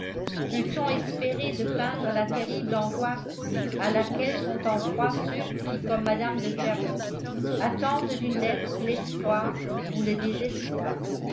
peut-on espérer de peindre la terrible angoisse à laquelle sont en proie ceux qui comme mme de fermont attendent d'une lettre l'espoir ou le désespoir